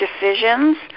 decisions